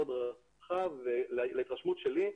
מאוד רחב ולהתרשמות שלי,